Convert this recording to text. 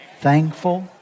thankful